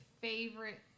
favorite